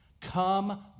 Come